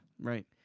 right